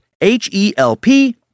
H-E-L-P